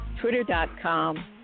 Twitter.com